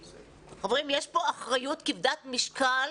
חברים, יש פה אחריות כבדת משקל